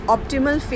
Optimal